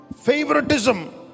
Favoritism